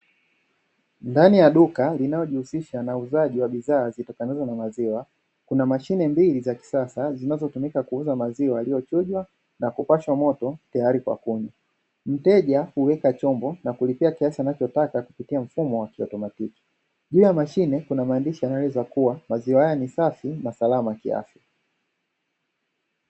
Ndani ya duka linalojihusisha na uuzaji wa bidhaa zitokanazo na maziwa kuna mashine mbili za kisasa zinazotumika kuuza maziwa yaliyochujwa na kupashwa moto tayari kwa kunywa, mteja huweka chombo na kulipia kiasi anachotaka kupitia mfumo wa kiautomatiki kila mashine ina maandishi yanayoeleza kuwa maziwa haya ni safi na salama kiafya.